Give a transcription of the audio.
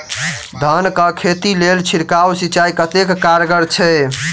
धान कऽ खेती लेल छिड़काव सिंचाई कतेक कारगर छै?